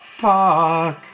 Park